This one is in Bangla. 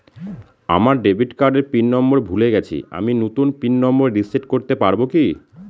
আমার ডেবিট কার্ডের পিন নম্বর ভুলে গেছি আমি নূতন পিন নম্বর রিসেট করতে পারবো কি?